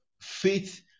faith